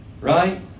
right